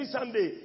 Sunday